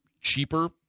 cheaper